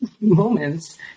moments